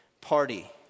party